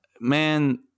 man